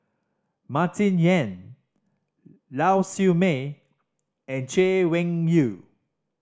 Martin Yan Lau Siew Mei and Chay Weng Yew